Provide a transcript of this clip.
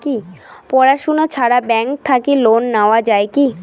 পড়াশুনা ছাড়া ব্যাংক থাকি লোন নেওয়া যায় কি?